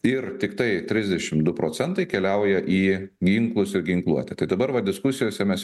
ir tiktai trisdešim du procentai keliauja į ginklus ir ginkluotę tai dabar va diskusijose mes